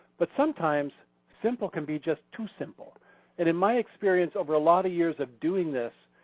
but sometimes simple can be just too simple. and in my experience over a lot of years of doing this,